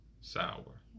sour